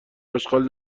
آشغال